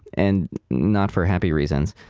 and not for happy reasons.